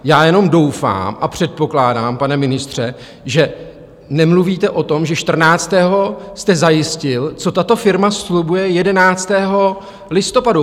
Já jenom doufám a předpokládám, pane ministře, že nemluvíte o tom, že 14. jste zajistil, co tato firma slibuje 11. listopadu.